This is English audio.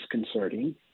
disconcerting